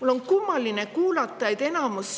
Mul on kummaline kuulata, et enamikus